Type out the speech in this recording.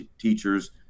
teachers